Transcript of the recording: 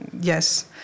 yes